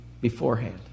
beforehand